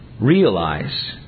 Realize